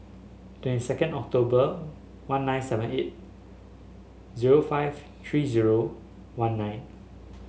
twenty second October one nine seven eight zero five three zero one nine